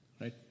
right